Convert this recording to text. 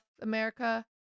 America